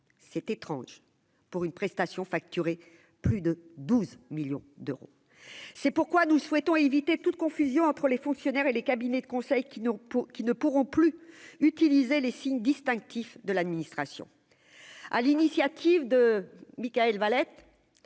c'est étrange pour une prestation facturée plus de 12 millions d'euros, c'est pourquoi nous souhaitons éviter toute confusion entre les fonctionnaires et les cabinets de conseil qui ne qui ne pourront plus utiliser les signes distinctifs de l'administration, à l'initiative de Michael Valette,